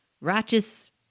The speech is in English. righteous